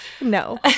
no